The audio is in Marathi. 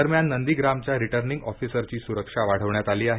दरम्यान नंदीग्रामच्या रिटर्निंग ऑफिसरची सुरक्षा वाढवण्यात आली आहे